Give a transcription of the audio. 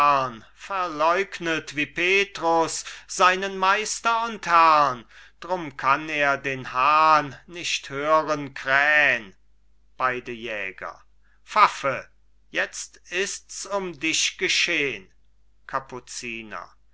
verleugnet wie petrus seinen meister und herrn drum kann er den hahn nicht hören krähn beide jäger pfaffe jetzt ists um dich geschehn kapuziner